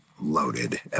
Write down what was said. loaded